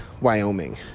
Wyoming